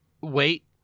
wait